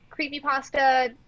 creepypasta